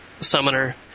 summoner